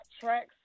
tracks